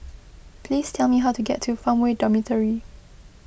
please tell me how to get to Farmway Dormitory